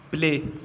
play